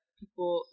people